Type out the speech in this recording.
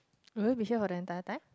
will you be here for the entire time